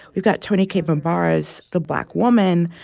we've got toni cade bambara's the black woman.